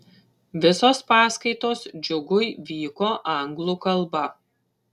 visos paskaitos džiugui vyko anglų kalba